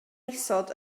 isod